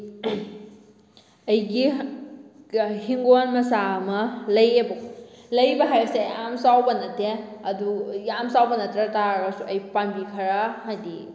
ꯑꯩꯒꯤ ꯍꯤꯡꯒꯣꯟ ꯃꯆꯥ ꯑꯃ ꯂꯩꯌꯦꯕ ꯂꯩꯕ ꯍꯥꯏꯁꯦ ꯌꯥꯝ ꯆꯥꯎꯕ ꯅꯠꯇꯦ ꯑꯗꯨ ꯌꯥꯝ ꯆꯥꯎꯕ ꯅꯠꯇ꯭ꯔ ꯇꯥꯔꯒꯁꯨ ꯑꯩ ꯄꯥꯝꯕꯤ ꯈꯔ ꯍꯥꯏꯗꯤ